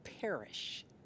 perish